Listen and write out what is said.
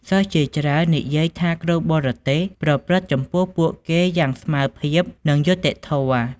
សិស្សជាច្រើននិយាយថាគ្រូបរទេសប្រព្រឹត្តចំពោះពួកគេយ៉ាងស្មើភាព និងយុត្តិធម៌។